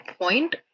point